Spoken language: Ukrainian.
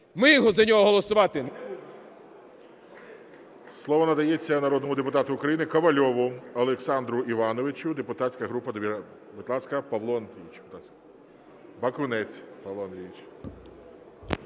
ми за нього голосувати не будемо.